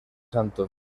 santo